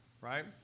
right